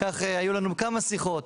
כך היו לנו כמה שיחות,